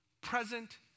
present